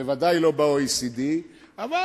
ודאי לא ב-OECD, אבל